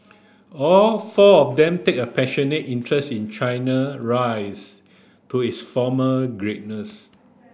all four of them take a passionate interest in China rise to its former greatness